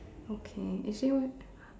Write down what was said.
okay is there one